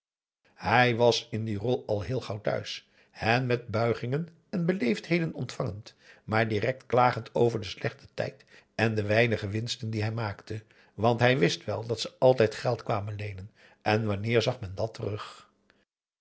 hij was in die rol al heel gauw thuis hen met buigingen en beleefdheden ontvangend maar direct klagend over den slechten tijd en de weinige winsten die hij maakte want hij wist wel dat ze altijd geld kwamen leenen en wanneer zag men dat terug